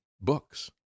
books